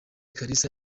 kalisa